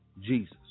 Jesus